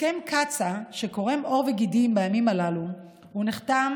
הסכם קצ"א, שקורם עור וגידים בימים הללו, נחתם